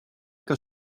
que